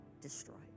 destroyed